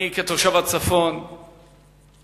כתושב הצפון אני